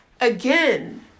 again